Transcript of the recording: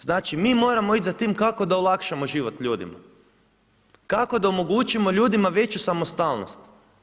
Znači mi moramo ići za tim kako da olakšamo život ljudima, kako da omogućimo ljudima veću samostalnost.